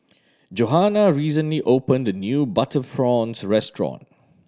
Johannah recently opened a new butter prawns restaurant